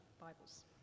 bibles